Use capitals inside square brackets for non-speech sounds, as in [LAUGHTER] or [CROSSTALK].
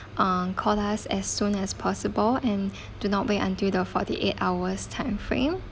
uh call us as soon as possible and [BREATH] do not wait until the forty eight hours time frame